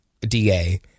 DA